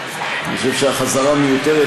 הכול יהיה שמית.